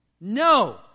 No